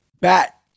bat